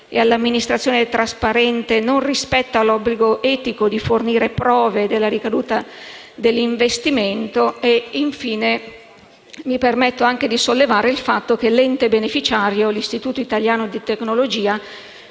e all'amministrazione trasparente, non rispetta l'obbligo etico di fornire prove della ricaduta dell'investimento. Infine, mi permetto di sollevare il fatto che l'ente beneficiario scelto come coordinatore